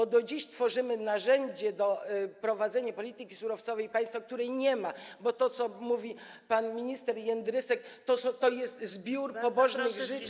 Na dziś tworzymy narzędzie do prowadzenia polityki surowcowej państwa, której nie ma, bo to, co mówi pan minister Jędrysek, to jest zbiór pobożnych życzeń.